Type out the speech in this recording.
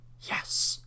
Yes